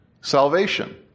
salvation